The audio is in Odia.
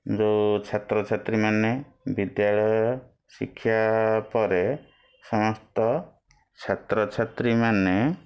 ଯେଉଁ ଛାତ୍ରଛାତ୍ରୀମାନେ ବିଦ୍ୟାଳୟ ଶିକ୍ଷା ପରେ ସମସ୍ତ ଛାତ୍ରଛାତ୍ରୀମାନେ